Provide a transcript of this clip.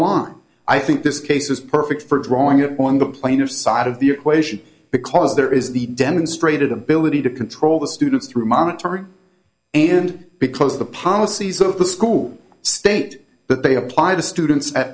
line i think this case is perfect for drawing it on the plane or side of the equation because there is the demonstrated ability to control the student through monitoring and because of the policies of the school state but they apply to students at